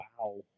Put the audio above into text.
Wow